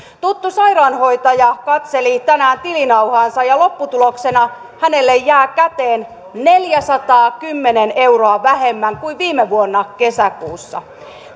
tuttu sairaanhoitaja katseli tänään tilinauhaansa ja lopputuloksena hänelle jää käteen neljäsataakymmentä euroa vähemmän kuin viime vuonna kesäkuussa